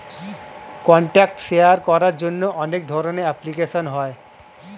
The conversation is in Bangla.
কন্ট্যাক্ট শেয়ার করার জন্য অনেক ধরনের অ্যাপ্লিকেশন হয়